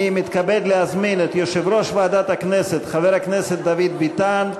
אני מתכבד להזמין את יושב-ראש ועדת הכנסת חבר הכנסת דוד ביטן,